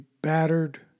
battered